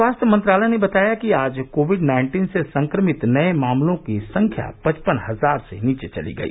स्वास्थ्य मंत्रालय ने बताया कि आज कोविड नाइन्टीन से संक्रमित नये मामलों की संख्या पचपन हजार से नीचे चली गई